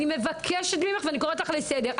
אני מבקשת ממך וקוראת לך לסדר.